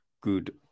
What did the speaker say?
good